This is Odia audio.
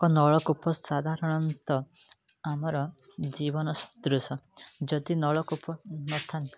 ଏକ ନଳକୂପ ସାଧାରଣତଃ ଆମର ଜୀବନ ସଦୃଶ ଯଦି ନଳକୂପ ନଥାନ୍ତା